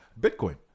Bitcoin